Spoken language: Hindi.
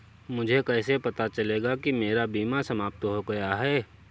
मुझे कैसे पता चलेगा कि मेरा बीमा समाप्त हो गया है?